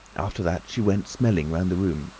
after that she went smelling round the room,